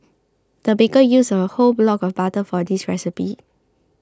the baker used a whole block of butter for this recipe